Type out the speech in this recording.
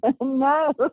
No